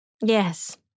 Yes